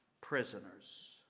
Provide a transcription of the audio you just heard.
prisoners